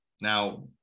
now